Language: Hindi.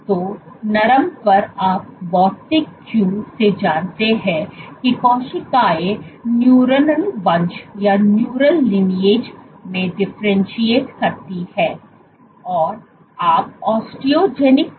तो नरम पर आप भौतिक क्यू से जानते हैं कि कोशिकाएं न्यूरोनल वंश में डिफरेंटशिएट करती हैं